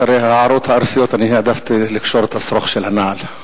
אחרי ההערות הארסיות העדפתי לקשור את השרוך של הנעל.